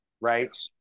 Right